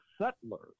settlers